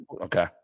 Okay